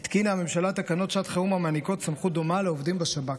התקינה הממשלה תקנות שעת חירום המעניקות סמכות דומה לעובדים בשב"כ.